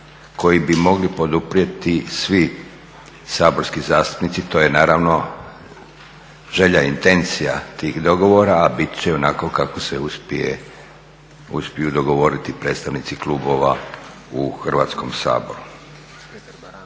koji bi mogli poduprijeti svi saborski zastupnici. To je naravno želja, intencija tih dogovora, a bit će onako kako se uspiju dogovoriti predstavnici klubova u Hrvatskom saboru.